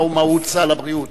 מהי מהות סל הבריאות.